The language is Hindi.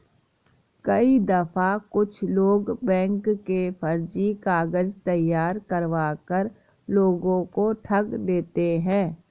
कई दफा कुछ लोग बैंक के फर्जी कागज तैयार करवा कर लोगों को ठग लेते हैं